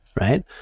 right